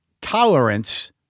tolerance